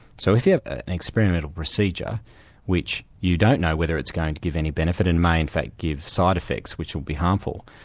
so if you have an experimental procedure which you don't know whether it's going to give any benefit and may in fact give side-effects which will be harmful,